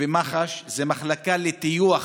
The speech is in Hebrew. ומח"ש זו מחלקה לטיוח.